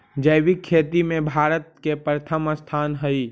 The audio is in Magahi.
जैविक खेती में भारत के प्रथम स्थान हई